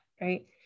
right